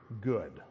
good